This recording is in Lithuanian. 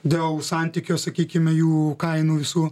dėl santykio sakykime jų kainų visų